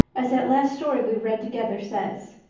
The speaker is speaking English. as that last story we read together says.